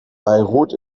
beirut